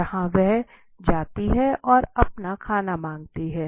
जहां वह जाती है और अपना खाना मांगती है